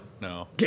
No